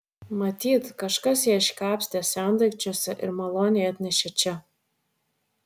matyt kažkas ją iškapstė sendaikčiuose ir maloniai atnešė čia